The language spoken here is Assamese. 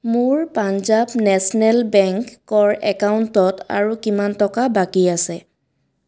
মোৰ পাঞ্জাব নেশ্যনেল বেংকৰ একাউণ্টত আৰু কিমান টকা বাকী আছে